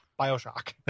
Bioshock